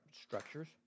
structures